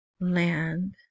land